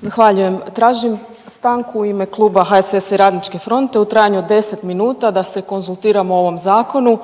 Zahvaljujem. Tražim stanku u ime Kluba HSS-a i RF u trajanju od 10 minuta da se konzultiramo o ovom zakonu